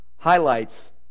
Highlights